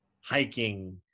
hiking